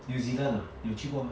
new zealand 啊你有去过吗